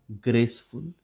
graceful